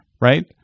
right